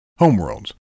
homeworlds